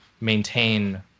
maintain